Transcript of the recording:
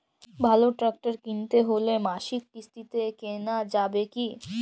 ভালো ট্রাক্টর কিনতে হলে মাসিক কিস্তিতে কেনা যাবে কি?